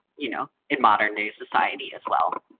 you know, in modern day society as well.